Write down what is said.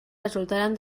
resultaren